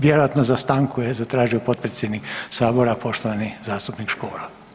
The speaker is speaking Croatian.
Vjerojatno za stanku je zatražio potpredsjednik sabora, poštovani zastupnik Škoro.